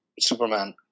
Superman